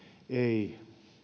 ei